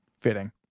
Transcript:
fitting